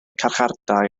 carchardai